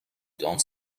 don’t